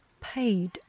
paid